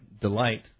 delight